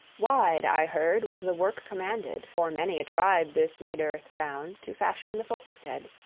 wide, i heard, was the work commanded, for many a tribe this mid-earth round, to fashion the folkstead.